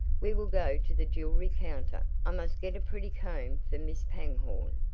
we will go to the jewelry counter. i must get a pretty comb for mrs. pangborn.